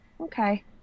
okay